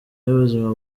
y’ubuzima